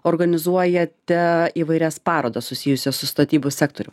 organizuojate įvairias parodas susijusias su statybų sektoriu